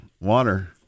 water